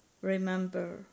remember